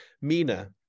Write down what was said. Mina